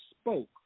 spoke